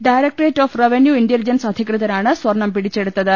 directorate of revenue intelligence അധികൃതരാണ് സ്വർണ്ണം പിടിച്ചെടുത്തത്